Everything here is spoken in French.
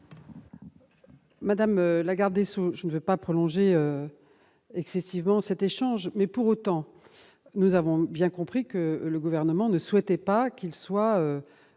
Madame la garde des sceaux, je ne veux pas prolonger excessivement cet échange : nous avons bien compris que le Gouvernement ne souhaitait pas que soit